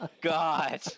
God